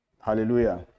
Hallelujah